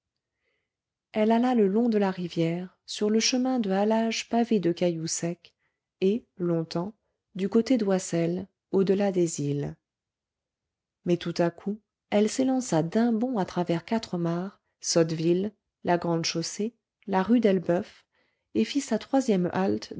elle alla le long de la rivière sur le chemin de halage pavé de cailloux secs et longtemps du côté d'oyssel au delà des îles mais tout à coup elle s'élança d'un bond à travers quatremares sotteville la grande chaussée la rue d'elbeuf et fit sa troisième halte